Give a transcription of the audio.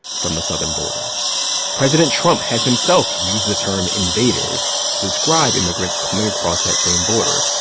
from the southern border president trump has himself used the term invaders to describe immigrants coming across that same border,